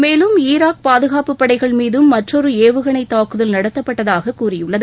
மேலும் ஈராக் பாதுகாப்புப் படைகள் மீதம் மற்றொரு ஏவுகணைத் தாக்குதல் நடத்தப்பட்டதாக கூறியுள்ளது